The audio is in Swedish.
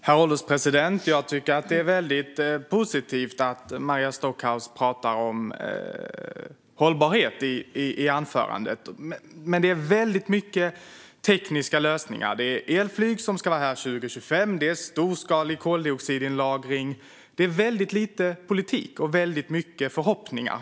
Herr ålderspresident! Det är positivt att Maria Stockhaus talade om hållbarhet i anförandet. Men det handlar väldigt mycket om tekniska lösningar. Det är elflyg, som ska vara här 2025, och det är storskalig koldioxidinlagring. Men det är väldigt lite politik och väldigt mycket förhoppningar.